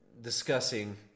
discussing